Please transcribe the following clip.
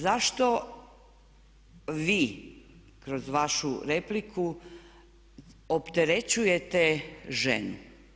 Zašto vi kroz vašu repliku opterećujete ženu?